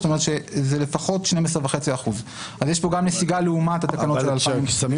שזה לפחות 12.5%. אז יש פה גם נסיגה לעומת התקנות של 2007. כששמים